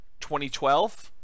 2012